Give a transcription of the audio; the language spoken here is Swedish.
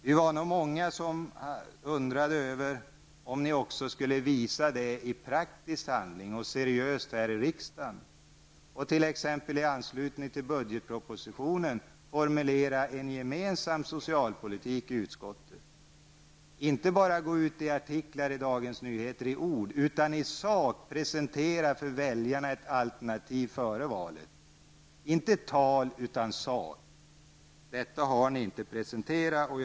Vi var många som undrade över om ni också skulle visa det seriöst och i praktisk handling här i riksdagen. Skulle ni t.ex. i anslutning till budgetpropositionen formulera en gemensam socialpolitik i utskottet, inte bara skriva artiklar i Dagens Nyheter, utan i sak presentera ett alternativ för väljarna före valet? Ni har inte presenterat något sådant.